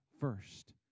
first